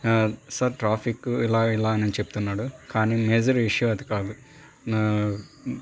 sir ట్రాఫిక్కు ఇలా ఇలా అని చెప్తున్నాడు కానీ మేజర్ ఇష్యూ అది కాదు